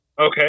Okay